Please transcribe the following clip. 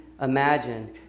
imagine